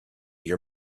your